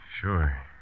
Sure